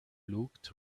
looked